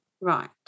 Right